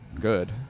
good